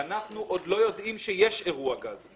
ואנחנו עוד לא יודעים שיש אירוע גז.